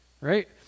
Right